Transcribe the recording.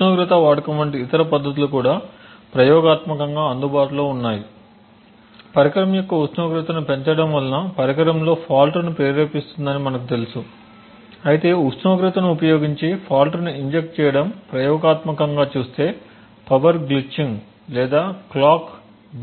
ఉష్ణోగ్రత వాడకం వంటి ఇతర పద్ధతులు కూడా ప్రయోగాత్మకంగా అందుబాటులో ఉన్నాయి పరికరం యొక్క ఉష్ణోగ్రతను పెంచటం వలన పరికరంలో ఫాల్ట్స్ ను ప్రేరేపిస్తుందని మనకు తెలుసు అయితే ఉష్ణోగ్రతను ఉపయోగించి ఫాల్ట్స్ ని ఇంజెక్ట్ చేయడం ప్రయోగాత్మకంగా చూస్తే పవర్ గ్లిచింగ్ లేదా క్లాక్